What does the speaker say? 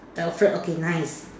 Alfred okay nice